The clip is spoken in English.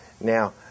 Now